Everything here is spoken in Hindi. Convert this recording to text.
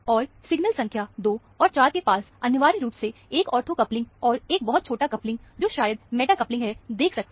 और सिग्नल संख्या 2 और 4 के पास अनिवार्य रूप से एक ऑर्थो कपलिंग और एक बहुत छोटा कपलिंग जो शायद मैटा कपलिंग है देख सकते हैं